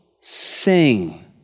sing